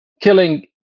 killing